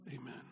Amen